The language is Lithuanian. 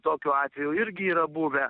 tokių atvejų irgi yra buvę